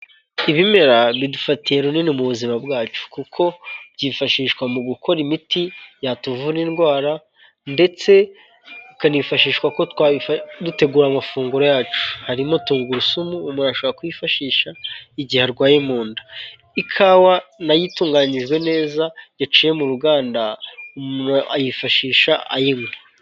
Ibimera bidufatiye runini mu buzima bwacu kuko byifashishwa mu gukora imiti yatuvura indwara ndetse bikanifashishwa dutegura amafunguro yacu, harimo tungurusumu, umuntu ashabora kiyifashisha igihe arwaye mu nda, ikawa nayo itunganyijwe neza yaciye mu ruganda, umuntu ayifashisha ayinywa.